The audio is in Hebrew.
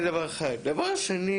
דבר שני,